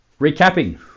recapping